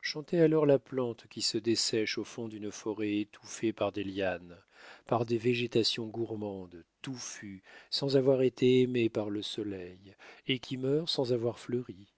chantez alors la plante qui se dessèche au fond d'une forêt étouffée par des lianes par des végétations gourmandes touffues sans avoir été aimée par le soleil et qui meurt sans avoir fleuri